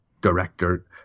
director